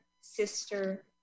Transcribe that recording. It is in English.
sister